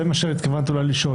זה מה שהתכוונת אולי לשאול.